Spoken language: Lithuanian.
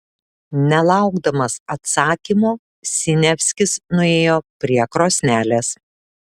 nelaukdamas atsakymo siniavskis nuėjo prie krosnelės